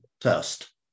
test